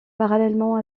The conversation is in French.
parallèlement